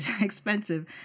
expensive